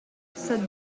cette